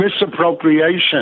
misappropriation